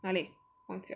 哪里忘记了